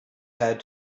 had